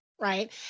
right